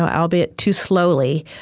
albeit too slowly,